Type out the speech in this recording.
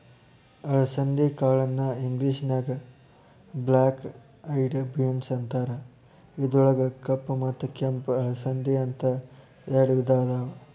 ಅಲಸಂದಿ ಕಾಳನ್ನ ಇಂಗ್ಲೇಷನ್ಯಾಗ ಬ್ಲ್ಯಾಕ್ ಐಯೆಡ್ ಬೇನ್ಸ್ ಅಂತಾರ, ಇದ್ರೊಳಗ ಕಪ್ಪ ಮತ್ತ ಕೆಂಪ ಅಲಸಂದಿ, ಅಂತ ಎರಡ್ ವಿಧಾ ಅದಾವ